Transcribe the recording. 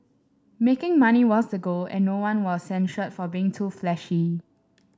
making money was the goal and no one was censured for being too flashy